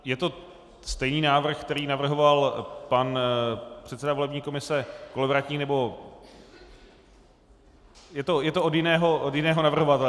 Je to stejný návrh, který navrhoval pan předseda volební komise Kolovratník, nebo... je to od jiného navrhovatele.